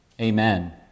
Amen